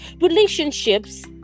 relationships